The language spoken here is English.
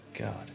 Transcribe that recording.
god